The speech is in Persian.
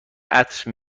عطر